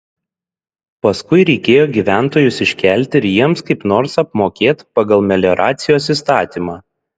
paskui reikėjo gyventojus iškelti ir jiems kaip nors apmokėt pagal melioracijos įstatymą